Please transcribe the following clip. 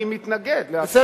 אני מתנגד להצעת החוק.